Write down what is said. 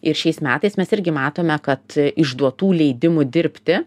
ir šiais metais mes irgi matome kad išduotų leidimų dirbti